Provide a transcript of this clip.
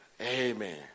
Amen